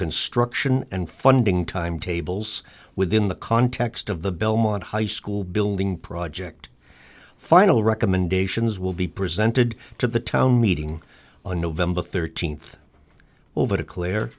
construction and funding timetables within the context of the belmont high school building project final recommendations will be presented to the town meeting on nov thirteenth over declare